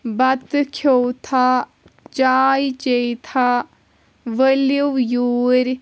بَتہٕ کِھیوٚو تھا چاے چیٚیہِ تھا وٕلِو یوٗرۍ